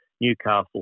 Newcastle